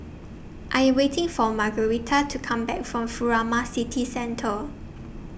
I waiting For Margarete to Come Back from Furama City Centre